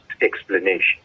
explanation